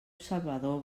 salvador